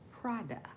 Prada